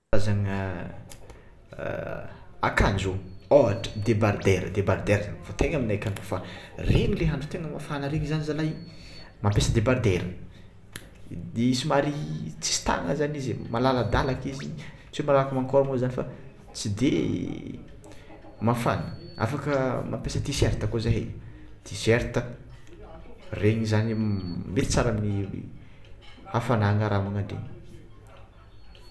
Karazagna akanjo ôhatra debardeur, debardeur zagny fitegny aminay akagny regny le andro le tegna mafana regny zany zala mampiasa debardeur de somary tsisy tagnagna zany izy igny malaladalaka izy igny tsy malaky mankôry mo zany fa tsy de mafana afaka mampiasa tisrta kô zahay tiserta rengny zany mety tsara amin'ny hafanagna raha magnan-dregny.